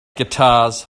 guitars